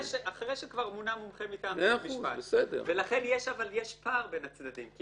יש פער בין הצדדים,